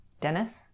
Dennis